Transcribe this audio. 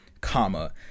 comma